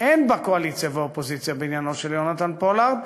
אין בה קואליציה והאופוזיציה בעניינו של יונתן פולארד,